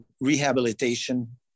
rehabilitation